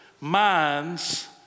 Minds